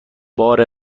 بار